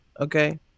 okay